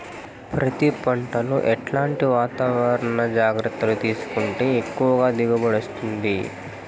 పత్తి పంట లో ఎట్లాంటి వాతావరణ జాగ్రత్తలు తీసుకుంటే ఎక్కువగా దిగుబడి వస్తుంది?